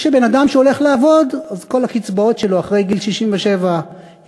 שבן-אדם שהולך לעבוד אז לא כל הקצבאות שלו אחרי גיל 67 יושעו,